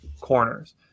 corners